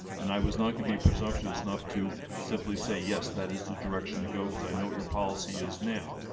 and i was not going to be presumptuous enough to simply say yes, that is the direction to go because i know what your policy is now.